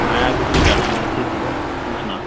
ਮੈਂ ਕਿੱਥੇ ਜਾਣਾ ਮੈਂ ਇੱਥੇ ਸੀਗਾ ਤੂੰ ਸੁਣਾ